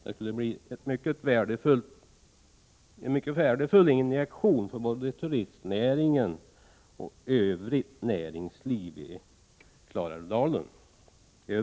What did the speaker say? Den skulle bli en mycket betydelsefull injektion för både turistnäring och övrigt näringsliv i övre Klarälvsdalen.